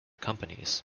companies